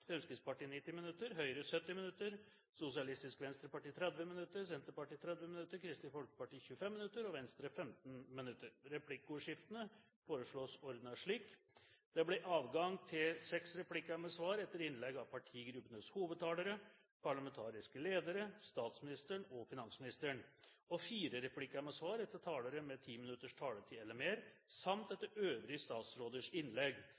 Fremskrittspartiet 90 minutter, Høyre 70 minutter, Sosialistisk Venstreparti 30 minutter, Senterpartiet 30 minutter, Kristelig Folkeparti 25 minutter og Venstre 15 minutter. Replikkordskiftene foreslås ordnet slik: Det blir adgang til seks replikker med svar etter innlegg av partigruppenes hovedtalere, parlamentariske ledere, statsministeren og finansministeren og fire replikker med svar etter talere med 10 minutters taletid eller mer samt etter øvrige statsråders innlegg